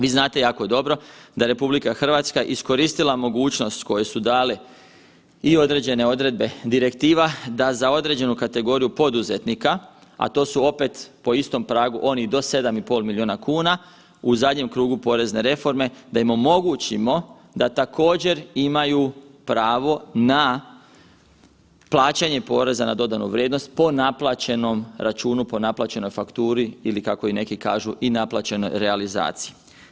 Vi znate jako dobro da RH iskoristila mogućnost koje su dale i određene odredbe direktiva da za određenu kategoriju poduzetnika, a to su opet po istom pragu oni do 7,5 milijuna kuna u zadnjem krugu porezne reforme da im omogućimo da također imaju pravo na plaćanje poreza na dodanu vrijednost po naplaćenom računu, po naplaćenoj fakturi ili kako neki kažu i naplaćenoj realizaciji.